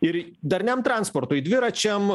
ir darniam transportui dviračiam